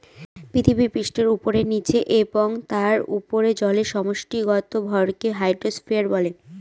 পৃথিবীপৃষ্ঠের উপরে, নীচে এবং তার উপরে জলের সমষ্টিগত ভরকে হাইড্রোস্ফিয়ার বলে